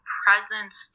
presence